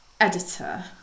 editor